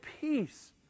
peace